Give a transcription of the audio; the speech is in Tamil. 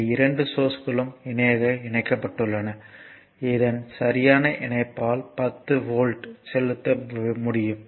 இந்த இரண்டு சோர்ஸ்களும் இணையாக இணைக்கப்பட்டுள்ளன இதன் சரியான இணைப்பால் 10 வோல்ட் செலுத்த முடியும்